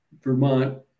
Vermont